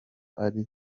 ari